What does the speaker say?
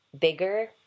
bigger